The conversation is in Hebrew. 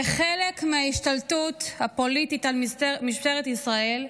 כחלק מההשתלטות הפוליטית על משטרת ישראל,